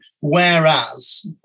whereas